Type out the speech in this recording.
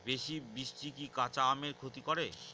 বেশি বৃষ্টি কি কাঁচা আমের ক্ষতি করে?